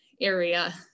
area